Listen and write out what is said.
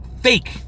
fake